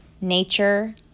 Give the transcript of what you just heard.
nature